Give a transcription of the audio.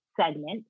segment